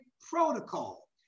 protocol